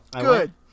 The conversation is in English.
Good